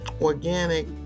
organic